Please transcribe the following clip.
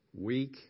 Weak